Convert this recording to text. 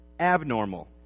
abnormal